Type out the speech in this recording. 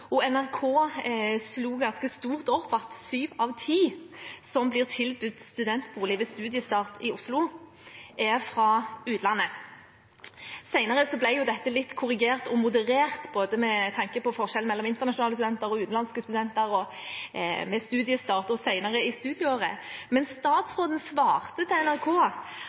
NRK slo ganske stort opp at syv av ti som blir tilbudt studentbolig ved studiestart i Oslo, er fra utlandet. Senere ble dette litt korrigert og moderert med tanke på forskjell mellom internasjonale studenter og utenlandske studenter ved studiestart og senere i studieåret. Statsråden svarte til NRK